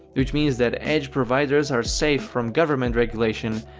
which means that edge providers are safe from government regulation,